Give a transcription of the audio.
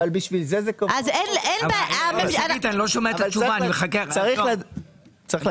אני לא שומע את התשובה, עם כל